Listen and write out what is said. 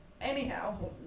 Anyhow